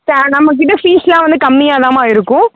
ஸா நம்மகிட்ட வந்து ஃபீஸ்ஸெல்லாம் வந்து கம்மியாகதாம்மா இருக்கும்